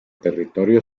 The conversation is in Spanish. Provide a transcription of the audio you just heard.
territorio